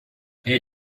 elle